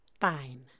Fine